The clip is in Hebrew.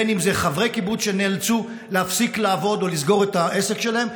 בין שזה חברי קיבוץ שנאלצו להפסיק לעבוד או לסגור את העסק שלהם,